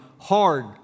hard